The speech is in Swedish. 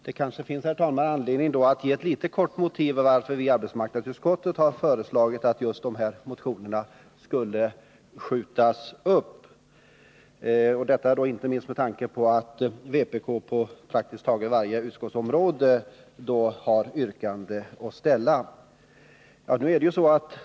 Det kanske då finns anledning att kort redogöra för motiven till att vi i arbetsmarknadsutskottet har föreslagit att just de här motionerna skall skjutas upp — detta inte minst med tanke på att vpk på praktiskt taget varje utskottsområde har yrkanden att ställa.